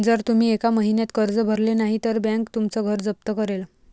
जर तुम्ही एका महिन्यात कर्ज भरले नाही तर बँक तुमचं घर जप्त करेल